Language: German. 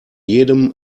jedem